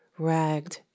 ragged